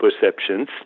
perceptions